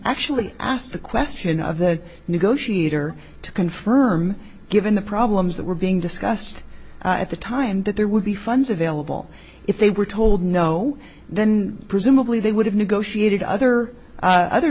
actually asked the question of the negotiator to confirm given the problems that were being discussed at the time that there would be funds available if they were told no then presumably they would have negotiated other other